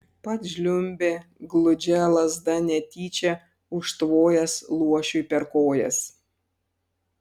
pats žliumbė gludžia lazda netyčia užtvojęs luošiui per kojas